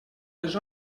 les